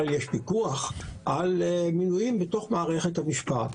יש פיקוח על מינויים בתוך מערכת המשפט.